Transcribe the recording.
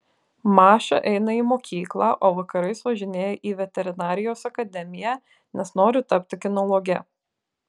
maša eina į mokyklą o vakarais važinėja į veterinarijos akademiją nes nori tapti kinologe